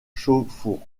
chauffour